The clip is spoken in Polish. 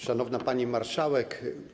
Szanowna Pani Marszałek!